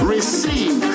Receive